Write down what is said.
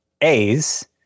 A's